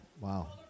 Wow